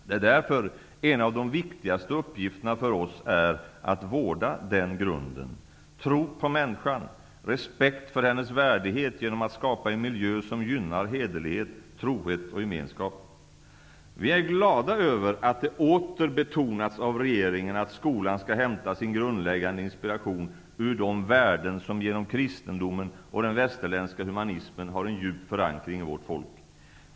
Det är därför en av de viktigaste uppgifterna för oss att vårda den grunden, tro på människan, respekt för hennes värdighet, genom att skapa en miljö som gynnar hederlighet, trohet och gemenskap. Vi är glada över att det åter betonats av regeringen att skolan skall hämta sin grundläggande inspiration ur de värden som genom kristendomen och den västerländska humanismen har en djup förankring i vårt folk.